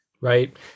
Right